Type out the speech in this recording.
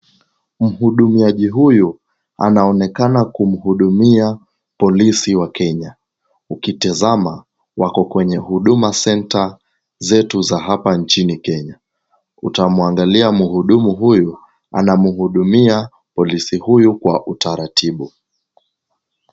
Muhudumiaji huyu anaonekana kumuhudumia polisi wa Kenya. Ukitazama, wako kwenye huduma center zetu za hapa nchini Kenya. Utamwangalia muhudumu huyu, anamuhudumia polisi huyu kwa utaratibu.